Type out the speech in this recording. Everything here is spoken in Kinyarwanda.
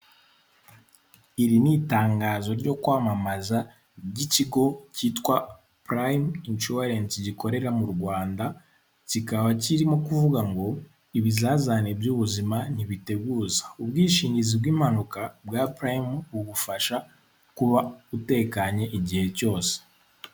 Iri ni itangazo ryo kwamamaza ry'ikigo cyitwa purayimu enshuwarensi gikorera mu Rwanda, kikaba kirimo kuvuga ngo ibizazane by'ubuzima ntibiteguza. Ubwishingizi bw'impanuka bwa purayimu bugufasha kuba utekanye igihe cyose.